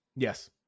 Yes